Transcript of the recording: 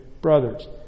brothers